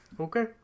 Okay